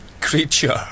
creature